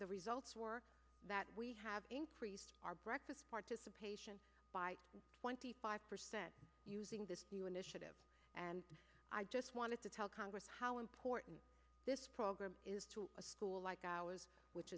the results were that we have increased our breakfast participation by twenty five percent using this new initiative and i just wanted to tell congress how important this program is to a school like ours which